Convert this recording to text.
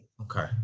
Okay